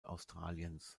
australiens